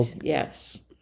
Yes